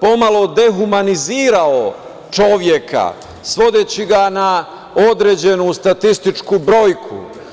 pomalo dehumanizirao čoveka, svodeći ga na određenu statističku brojku.